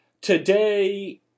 today